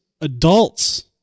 adults